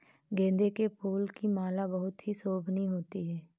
गेंदे के फूल की माला बहुत ही शोभनीय होती है